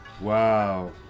Wow